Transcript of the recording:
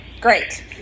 Great